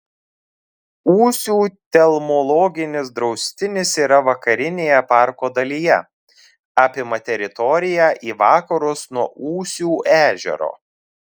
ūsių telmologinis draustinis yra vakarinėje parko dalyje apima teritoriją į vakarus nuo ūsių ežero